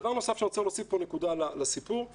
נקודה נוספת שאני רוצה להוסיף לסיפור היא